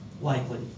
likely